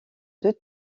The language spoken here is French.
deux